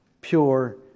pure